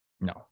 No